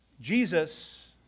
Jesus